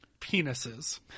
penises